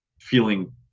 feeling